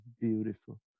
beautiful